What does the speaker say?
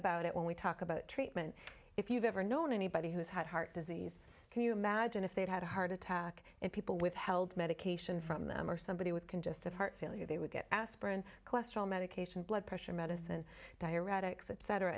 about it when we talk about treatment if you've ever known anybody who's had heart disease can you imagine if they'd had a heart attack and people withheld medication from them or somebody with congestive heart failure they would get aspirin cholesterol medication blood pressure medicine di